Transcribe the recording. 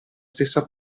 stessa